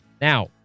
Now